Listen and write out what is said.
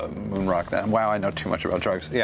wow, i know too much about drugs. yeah